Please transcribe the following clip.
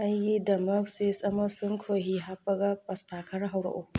ꯑꯩꯒꯤꯗꯃꯛ ꯆꯤꯁ ꯑꯃꯁꯨꯡ ꯈꯣꯏꯍꯤ ꯍꯥꯞꯄꯒ ꯄꯥꯁꯇꯥ ꯈꯔ ꯍꯧꯔꯛꯎ